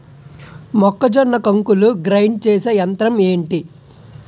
మొక్కజొన్న కంకులు గ్రైండ్ చేసే యంత్రం ఏంటి?